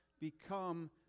become